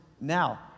now